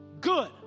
good